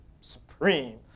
Supreme